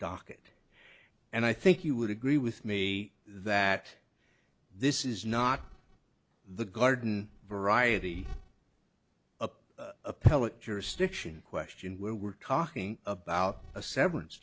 docket and i think you would agree with me that this is not the garden variety appellate jurisdiction question where we're talking about a severance